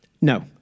No